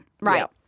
right